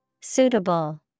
Suitable